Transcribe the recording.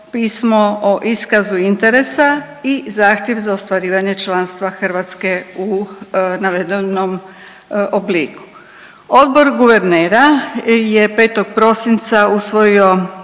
pismo o iskazu interesa i zahtjev za ostvarivanje članstva Hrvatske u navedenom obliku. Odbor guvernera je 5. prosinca usvojio